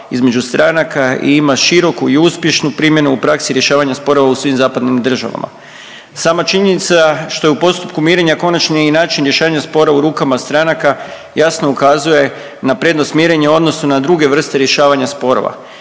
između stranaka i ima široku i uspješnu primjenu u praksi rješavanja sporova u svim zapadnim državama. Sama činjenica što je u postupku mirenja konačni način rješavanja spora u rukama stranaka jasno ukazuje na prednost mirenja u odnosu na druge vrste rješavanja sporova.